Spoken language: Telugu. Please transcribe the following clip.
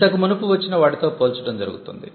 ఇంతకు మునుపు వచ్చిన వాటితో పోల్చడం జరుగుతుంది